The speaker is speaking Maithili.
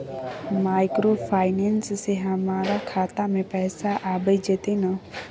माइक्रोफाइनेंस से हमारा खाता में पैसा आबय जेतै न?